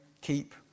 keep